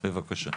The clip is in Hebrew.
בבקשה.